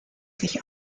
sich